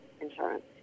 insurance